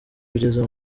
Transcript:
kugeza